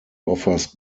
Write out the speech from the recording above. offers